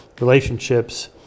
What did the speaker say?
relationships